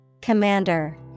Commander